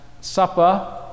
Supper